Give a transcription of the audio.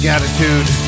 Attitude